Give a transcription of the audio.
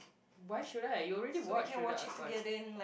why should I you already watched Jodar-ArkBar